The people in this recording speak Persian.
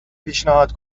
پیشنهاد